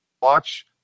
watch